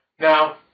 Now